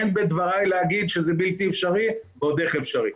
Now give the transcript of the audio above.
אין בדברי להגיד שזה בלתי אפשרי ועוד איך אפשרי.